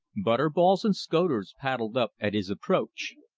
butterballs and scoters paddled up at his approach.